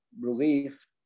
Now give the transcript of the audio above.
relief